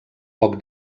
poc